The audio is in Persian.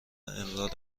امرار